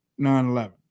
9-11